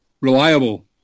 reliable